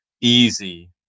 easy